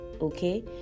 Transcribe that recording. okay